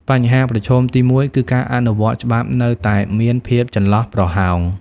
បញ្ហាប្រឈមទីមួយគឺ ការអនុវត្តច្បាប់នៅតែមានភាពចន្លោះប្រហោង។